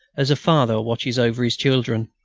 as a father watches over his children.